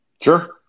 Sure